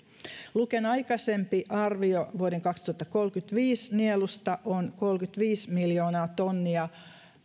luken aikaisempi arvio vuoden kaksituhattakolmekymmentäviisi nielusta on kolmekymmentäviisi miljoonaa tonnia